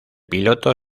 piloto